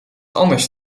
anders